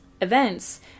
events